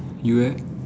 you leh